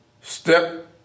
step